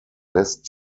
lässt